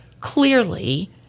clearly